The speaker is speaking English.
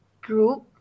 group